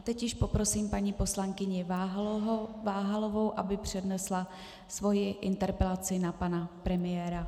Teď již poprosím paní poslankyni Váhalovou, aby přednesla svou interpelaci na pana premiéra.